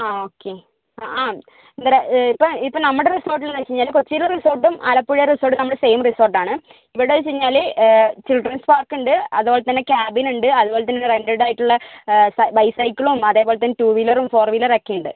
ആ ഓക്കേ ആ നമ്മുടെ ഇപ്പം ഇപ്പം നമ്മുടെ റിസോർട്ടെന്ന് വെച്ച് കഴിഞ്ഞാല് കൊച്ചിയിലെ റിസോർട്ടും ആലപ്പുഴ റിസോർട്ടും നമ്മുടെ സെയിം റിസോർട്ടാണ് ഇവിടേന്ന് വെച്ച് കഴിഞ്ഞാല് ചിൽഡ്രൻസ് പാർക്കുണ്ട് അതുപോലെ തന്നെ ക്യാബിനുണ്ട് അതുപോലെ തന്നെ റെൻറ്റഡ് ആയിട്ടുള്ള ബൈ സൈക്കിളും അതേപോലെ തന്നെ ടു വീലറും ഫോർ വീലറൊക്കെയുണ്ട്